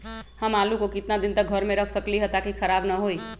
हम आलु को कितना दिन तक घर मे रख सकली ह ताकि खराब न होई?